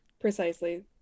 Precisely